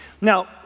Now